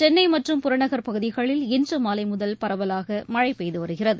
சென்னை மற்றும் புறநகர் பகுதிகளில் இன்று மாலை முதல் பரவலாக மழை பெய்து வருகிறது